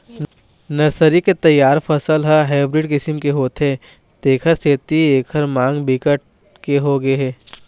nursery के तइयार फसल ह हाइब्रिड किसम के होथे तेखर सेती एखर मांग बिकट के होगे हे